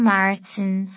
Martin